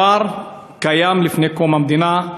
קיים מלפני קום המדינה.